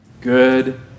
Good